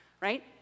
right